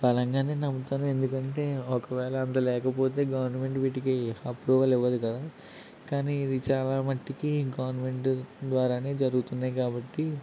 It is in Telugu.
బలంగానే నమ్ముతాను ఎందుకంటే ఒకవేళ అంత లేకపోతే గవర్నమెంట్ వీటికి అప్రూవల్ ఇవ్వదు కదా కాని ఇది చాలా మట్టుకి గవర్నమెంట్ ద్వారానే జరుగుతున్నాయి కాబట్టి